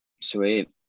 Sweet